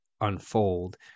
unfold